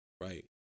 Right